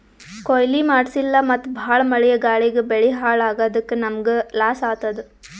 ಕೊಯ್ಲಿ ಮಾಡ್ಸಿಲ್ಲ ಮತ್ತ್ ಭಾಳ್ ಮಳಿ ಗಾಳಿಗ್ ಬೆಳಿ ಹಾಳ್ ಆಗಾದಕ್ಕ್ ನಮ್ಮ್ಗ್ ಲಾಸ್ ಆತದ್